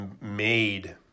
made